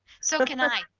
so can i,